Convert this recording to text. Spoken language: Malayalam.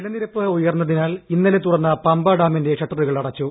ജലനിരപ്പ് ഉയർന്നതിനാൽ ഇന്നലെ തുറന്ന പമ്പ ഡാമിന്റെ ഷട്ടറുകൾ അടച്ചു